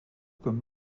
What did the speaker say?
comme